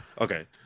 okay